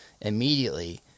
Immediately